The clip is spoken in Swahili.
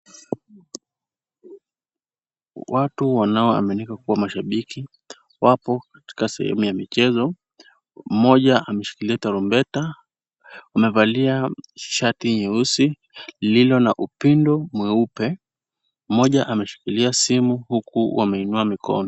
Watu wanaoaminika kuwa mashabiki wapo katika sehemu ya michezo. Mmoja ameshikilia tarumbeta. Amevalia shati nyeusi lililo na upindo mweupe. Mmoja ameshikilia simu huku wameinua mikono.